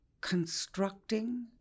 constructing